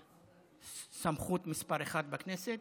סמכות מס' אחת בכנסת,